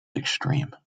extreme